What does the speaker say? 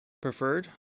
preferred